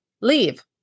leave